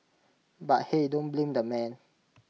but hey don't blame the man